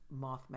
mothman